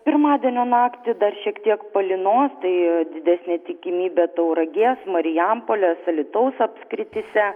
pirmadienio naktį dar šiek tiek palynos tai didesnė tikimybė tauragės marijampolės alytaus apskrityse